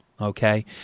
Okay